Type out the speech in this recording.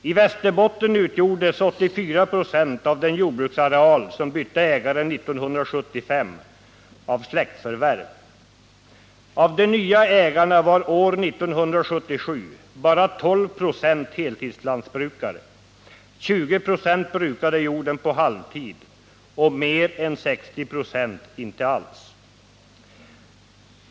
I Västerbotten utgjordes 84 96 av den jordbruksareal som bytte ägare 1975 av släktförvärv. Av de nya ägarna var år 1977 bara 12 96 heltidslantbrukare. 20 96 brukade jorden på halvtid och mer än 60 96 inte alls.